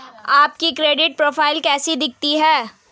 आपकी credit profile कैसी दिखती है?